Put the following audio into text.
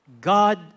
God